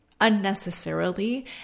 Unnecessarily